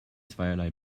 zweierlei